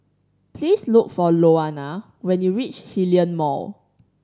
please look for Louanna when you reach Hillion Mall